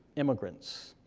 immigrants.